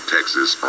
Texas